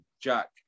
Jack